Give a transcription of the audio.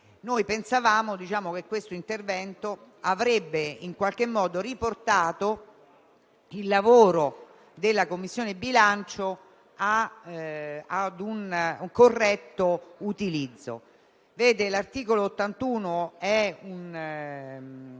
Noi pensavamo che questo intervento avrebbe riportato il lavoro della Commissione bilancio a un corretto utilizzo.